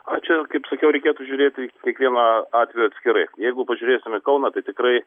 o čia kaip sakiau reikėtų žiūrėti kiekvieną atvejį atskirai jeigu pažiūrėsim į kauną tai tikrai